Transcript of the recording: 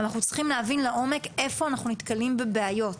אנחנו צריכים להבין לעומק איפה אנחנו נתקלים בבעיות,